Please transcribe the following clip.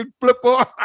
flipper